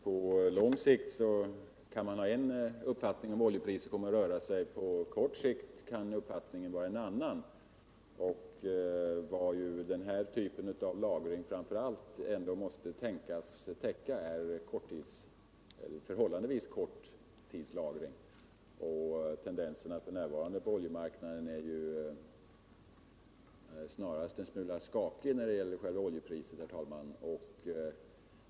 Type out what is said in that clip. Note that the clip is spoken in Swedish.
Man kan ha en viss uppfattning om hur oljepriset på lång sikt kommer att röra sig. men om hur det förhåller sig på kort sikt kan uppfattningen vara en helt annan. Det behov som den här typen av lagring framför allt måste kunna tänkas täcka är en lagring på förhållandevis kort tid, men förhållandena på oljemarknaden är ju, herr talman, snarast en smula ”skakiga” när det gäller oljepriserna.